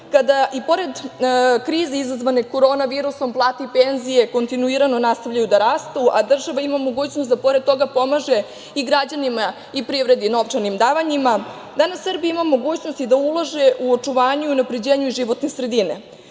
kada i pored krize izazvane korona virusom plate i penzije kontinuirano nastavljaju da rastu, a država ima mogućnost da pored toga pomaže i građanima i privredi novčanim davanjima, danas Srbija ima mogućnost i da ulaže u očuvanje i unapređenje životne sredine